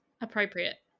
Appropriate